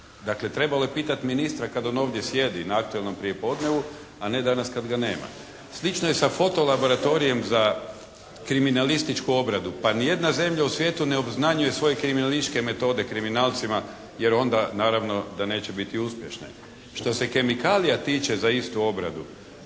Dakle trebalo je pitati ministra kad on ovdje sjedi na «Aktuelnom prijepodnevu», a ne danas kad ga nema. Slično je sa foto laboratorijem za kriminalističku obradu. Pa nijedna zemlja u svijetu ne obznanjuje svoje kriminalističke metode kriminalcima jer onda naravno da neće biti uspješne. Šta se kemikalija tiče za istu obradu